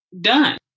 done